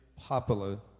popular